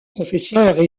professeurs